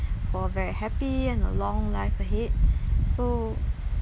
for a very happy and a long life ahead so